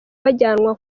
bajyanwa